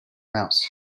mouse